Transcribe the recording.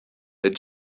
that